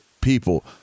people